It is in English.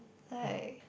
like